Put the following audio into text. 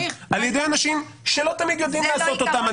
על ידי אנשים שלא תמיד יודעים לעשות אותה.